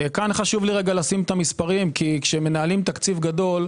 חשוב לי לשים את המספרים כי כשמנהלים תקציב גדול,